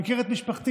מכיר את משפחתי,